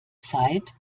zeit